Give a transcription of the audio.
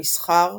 מסחר,